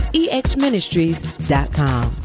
exministries.com